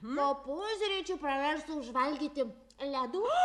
nuo pusryčių praverstų užvalgyti ledų